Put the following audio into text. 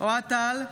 אוהד טל,